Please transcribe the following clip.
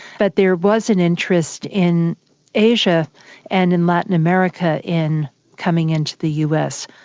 but there was an interest in asia and in latin america in coming in to the us.